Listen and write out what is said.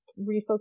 refocus